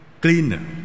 Cleaner